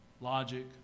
logic